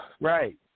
Right